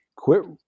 Quit